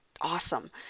awesome